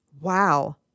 wow